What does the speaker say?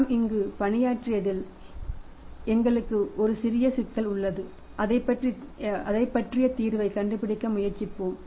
நாம் இங்கு பணியாற்றியதில் எங்களுக்கு ஒரு சிறிய சிக்கல் உள்ளது அதைப் பற்றிய தீர்வை கண்டுபிடிக்க முயற்சிப்போம்